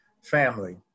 family